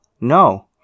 no